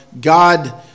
God